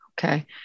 Okay